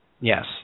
Yes